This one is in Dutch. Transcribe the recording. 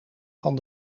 van